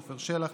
עפר שלח,